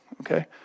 okay